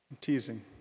teasing